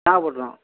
Nagapattinam